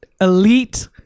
elite